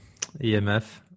EMF